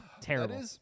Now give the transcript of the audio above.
terrible